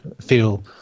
feel